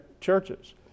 churches